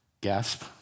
Gasp